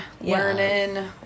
learning